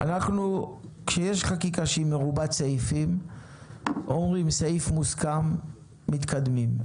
כשיש חקיקה שהיא מרובת סעיפים אומרים סעיף מוסכם ומתקדמים,